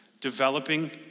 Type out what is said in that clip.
Developing